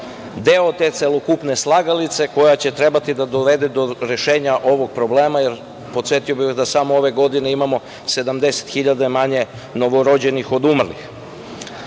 deo te celokupne slagalice koja će trebati da dovede do rešenja ovog problema, jer podsetio bih vas da samo ove godine imamo 70.000 manje novorođenih od umrlih. Naime,